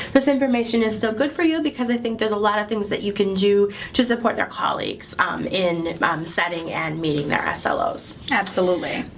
this information is still good for you because i think there's a lot of things that you can do to support their colleagues um in um setting and meeting their ah slos. absolutely.